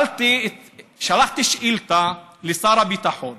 שלחתי שאילתה לשר הביטחון